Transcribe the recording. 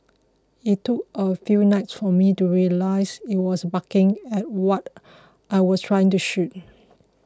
it took a few nights for me to realise it was barking at what I was trying to shoot